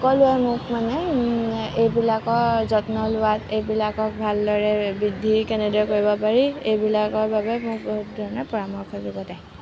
সকলোৱে মোক মানে এইবিলাকৰ যত্ন লোৱাত এইবিলাকক ভালদৰে বৃদ্ধি কেনেদৰে কৰিব পাৰি এইবিলাকৰ বাবে মোক বহুত ধৰণে পৰামৰ্শ যুগুতায়